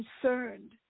concerned